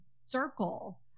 circle